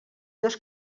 dos